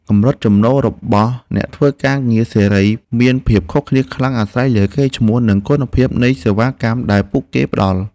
កម្រិតចំណូលរបស់អ្នកធ្វើការងារសេរីមានភាពខុសគ្នាខ្លាំងអាស្រ័យលើកេរ្តិ៍ឈ្មោះ និងគុណភាពនៃសេវាកម្មដែលពួកគេផ្តល់។